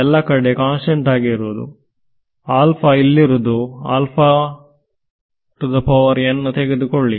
ಎಲ್ಲಾ ಕಡೆ ಕಾನ್ಸ್ಟೆಂಟ್ ಆಗಿರುವುದುಇಲ್ಲಿರುವುದು ತೆಗೆದುಕೊಳ್ಳಿ